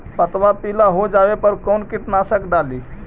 पतबा पिला हो जाबे पर कौन कीटनाशक डाली?